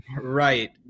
Right